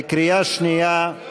בקריאה שנייה,